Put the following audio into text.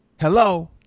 Hello